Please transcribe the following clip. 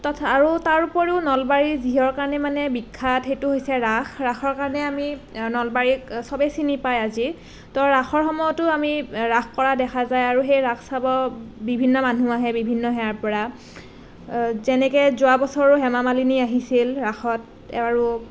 আৰু তাৰ উপৰিও নলবাৰী যিহৰ কাৰণে মানে বিখ্যাত সেইটো হৈছে ৰাস ৰাসৰ কাৰণে আমি নলবাৰীক সবেই চিনি পাই আজি তো ৰাসৰ সময়তো আমি ৰাস কৰা দেখা যায় আৰু সেই ৰাস চাব বিভিন্ন মানুহ আহে বিভিন্ন ঠাইৰ পৰা যেনেকৈ যোৱা বছৰো হেমা মালিনী আহিছিল ৰাসত আৰু